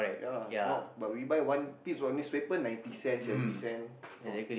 ya lah not but we buy one piece of newspaper ninety cent seventy cent